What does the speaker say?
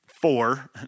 Four